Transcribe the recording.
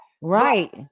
Right